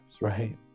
right